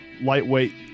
lightweight